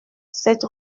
cette